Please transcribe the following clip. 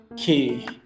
okay